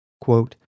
Quote